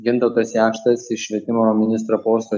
gintautas jakštas iš švietimo ministro posto